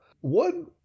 One